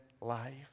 life